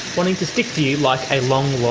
wanting to stick to you like a long lost